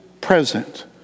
present